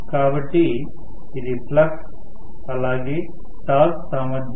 కాబట్టి ఇది ఫ్లక్స్ అలాగే టార్క్ సామర్ధ్యం